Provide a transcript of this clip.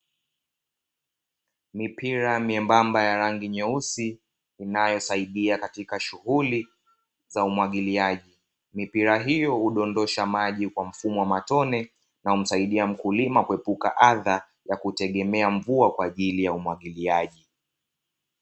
Mipira membamba ya rangi nyeusi, inayosaidia katika shughuli za umwagiliaji, mipira hiyo hudondosha maji kwa mfumo wa matone na humsaidia mkulima kuepuka adha ya kutegemea mvua kwa ajili ya umwagiliaji.